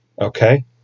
Okay